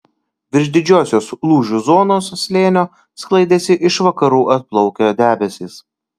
virš didžiosios lūžių zonos slėnio sklaidėsi iš vakarų atplaukę debesys